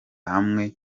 hamwe